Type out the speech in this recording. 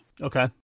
Okay